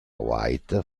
white